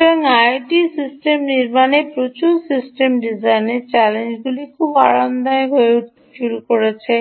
সুতরাং আইওটি সিস্টেমটি নির্মাণে প্রচুর সিস্টেম ডিজাইন চ্যালেঞ্জগুলি খুব আরামদায়ক হয়ে উঠতে শুরু করেছে